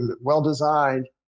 well-designed